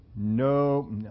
No